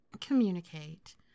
communicate